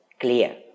clear